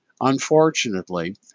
Unfortunately